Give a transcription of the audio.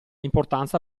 importanza